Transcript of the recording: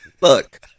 Look